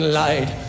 light